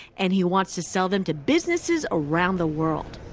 and he wants to sell them to businesses around the world.